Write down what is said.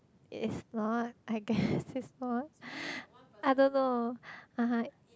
it is not I guess is not I don't know (uh huh)